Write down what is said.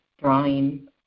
drawing